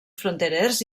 fronterers